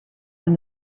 than